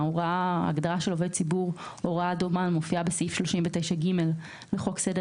הוראה דומה מופיעה בסעיף 39(ג) לחוק סדר